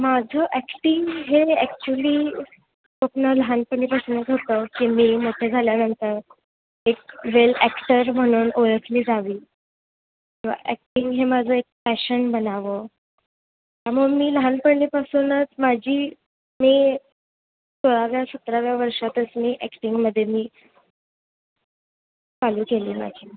माझं ॲक्टिंग हे ॲक्चुली स्वप्न लहानपणीपासूनच होतं की मी मोठं झाल्यानंतर एक वेल ॲक्टर म्हणून ओळखली जावी किंवा ॲक्टिंग हे माझं एक पॅशन बनावं मग मी लहानपणीपासूनच माझी मी सोळाव्या सतराव्या वर्षातच मी ॲक्टिंगमध्ये मी चालू केलेलं आहे